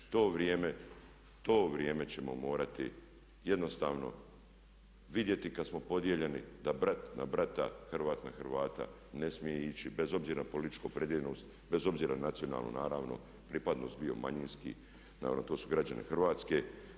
To vrijeme ćemo morati jednostavno vidjeti kad smo podijeljeni da brat na brata, Hrvat na Hrvata ne smije ići bez obzira na političku opredijeljenost, bez obzira na nacionalnu naravno pripadnost bio manjinski, naravno to su građani Hrvatske.